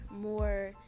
more